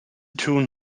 tun